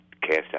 cast